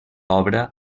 obra